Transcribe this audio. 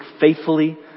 faithfully